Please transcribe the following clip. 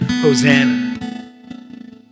Hosanna